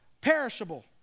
perishable